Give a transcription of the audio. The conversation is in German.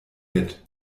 mit